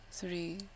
Three